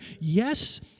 yes